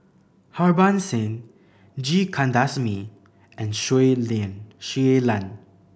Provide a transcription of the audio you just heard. Harbans Singh G Kandasamy and Shui Lan